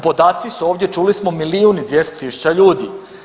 Podaci su ovdje čuli smo milijun i 200 tisuća ljudi.